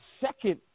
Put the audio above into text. second